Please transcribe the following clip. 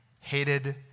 hated